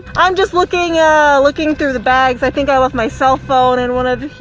i'm just looking ah looking through the bags. i think i left my cell phone in one of